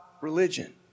religion